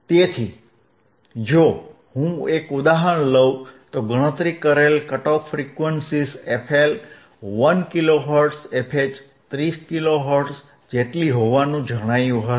તેથી જો હું એક ઉદાહરણ લઉં તો ગણતરી કરેલ cut off frequencies fL 1 kilohertz fH 30 kilo hertz જેટલી હોવાનું જણાયું હતું